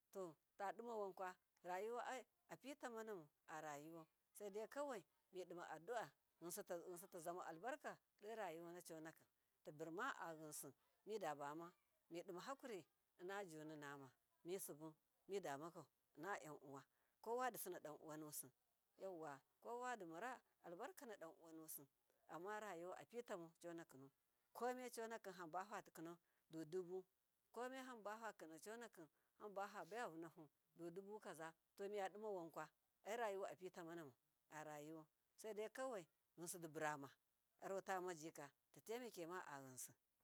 To dimawankwa rayuwa ai apitamanamu saidai kawai midima adua yin sitazama albarka dorayuwana conakim, taburma ayinsi midabama midimahakuri fadananama misibu midamakau innavanuwa kowa disina danuwanusi yauwa ko wadimara albarkana danuwanusi, amma arayuwa apitamau conakinu komeconaki hamba fatikina du dubu, komehamba fakina conaki fabaya vuhama da dubu kaza yomiyadimawanka ai rayuwa apitamanamau arayuwa kaidaikowai yinsidi burama arotamajika teimakema ayinsi.